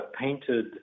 painted